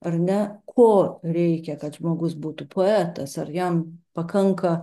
ar ne ko reikia kad žmogus būtų poetas ar jam pakanka